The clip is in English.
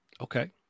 okay